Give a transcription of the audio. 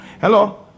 Hello